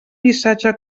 missatge